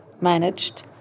managed